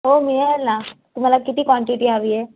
हो मिळेल ना तुम्हाला किती क्वांटिटी हवी आहे